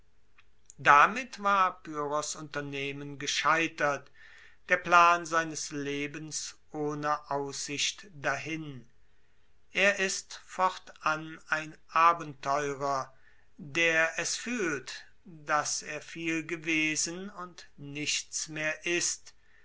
damit war pyrrhos unternehmen gescheitert der plan seines lebens ohne aussicht dahin er ist fortan ein abenteurer der es fuehlt dass er viel gewesen und nichts mehr ist